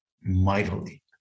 mightily